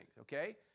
Okay